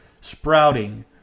Sprouting